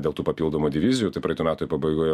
dėl tų papildomų divizijų tai praeitų metų pabaigoje